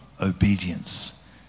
obedience